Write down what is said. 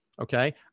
okay